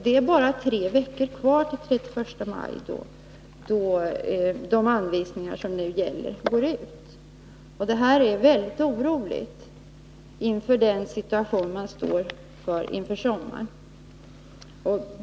Det är bara tre veckor kvar till den 31 maj, då de anvisningar som nu gäller går ut. Det här är väldigt oroligt i den situation som man befinner sig i inför sommaren.